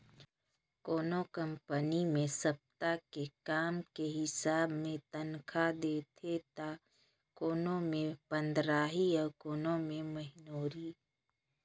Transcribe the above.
कोनो कंपनी मे सप्ता के काम के हिसाब मे तनखा देथे त कोनो मे पंदराही अउ कोनो मे महिनोरी